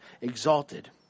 exalted